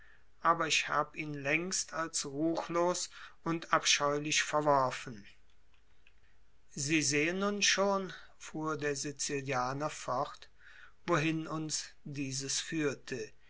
aber ich hab ihn längst als ruchlos und abscheulich verworfen sie sehen nun schon fuhr der sizilianer fort wohin uns dieses führte